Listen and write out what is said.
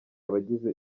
abagize